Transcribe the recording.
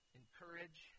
encourage